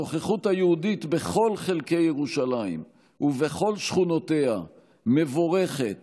הנוכחות היהודית בכל חלקי ירושלים ובכל שכונותיה מבורכת